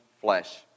flesh